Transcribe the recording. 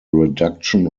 reduction